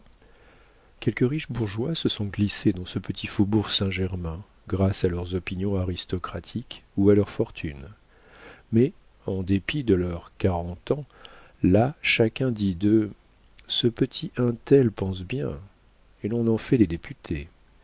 quelques riches bourgeois se sont glissés dans ce petit faubourg saint-germain grâce à leurs opinions aristocratiques ou à leurs fortunes mais en dépit de leurs quarante ans là chacun dit d'eux ce petit un tel pense bien et l'on en fait des députés